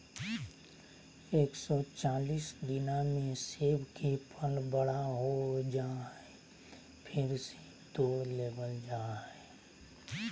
एक सौ चालीस दिना मे सेब के फल बड़ा हो जा हय, फेर सेब तोड़ लेबल जा हय